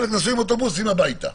חלק נסעו עם אוטובוסים הביתה.